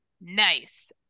nice